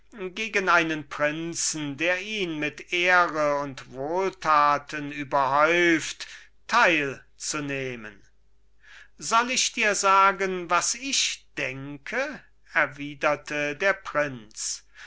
gegen einen prinzen der ihn mit ehren und wohltaten überhäuft teil zu nehmen wenn ich dir sagen soll was ich denke